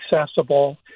accessible